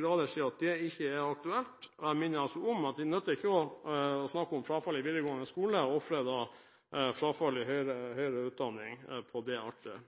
grader sier at det ikke er aktuelt. Jeg minner om at det ikke nytter å snakke om frafall i videregående skole og ofre frafallet i høyere utdanning på det alteret.